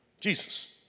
Jesus